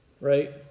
right